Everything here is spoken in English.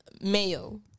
Mayo